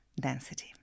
density